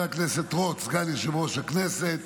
סגן יושב-ראש הכנסת,